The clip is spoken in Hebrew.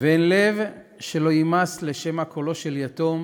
ואין לב שלא יימס לשמע קולו של יתום